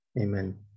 amen